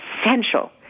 essential